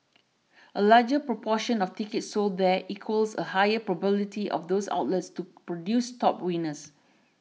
a larger proportion of tickets sold there equals a higher probability of those outlets to produce top winners